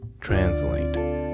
translate